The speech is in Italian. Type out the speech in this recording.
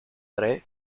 tre